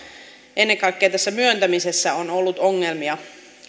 ennen kaikkea tässä myöntämisessä on ollut ongelmia